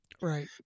Right